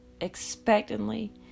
expectantly